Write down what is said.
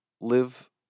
live